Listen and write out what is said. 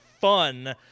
fun